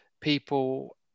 people